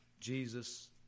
Jesus